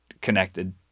connected